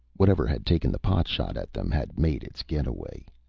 whatever had taken the pot shot at them had made its getaway.